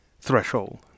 threshold